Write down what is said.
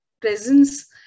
presence